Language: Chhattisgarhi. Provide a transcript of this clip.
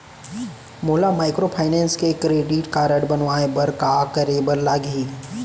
मोला माइक्रोफाइनेंस के क्रेडिट कारड बनवाए बर का करे बर लागही?